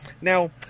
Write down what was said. Now